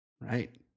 Right